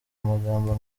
magambo